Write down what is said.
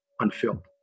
unfilled